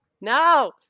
No